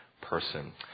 person